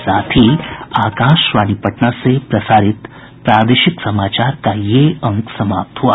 इसके साथ ही आकाशवाणी पटना से प्रसारित प्रादेशिक समाचार का ये अंक समाप्त हुआ